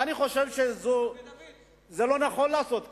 ואני חושב שלא נכון לעשות כן.